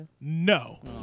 No